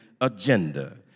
agenda